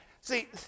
see